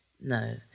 no